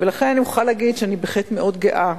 ולכן אני מוכרחה להגיד שאני בהחלט מאוד גאה.